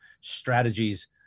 strategies